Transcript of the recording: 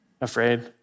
afraid